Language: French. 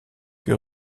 que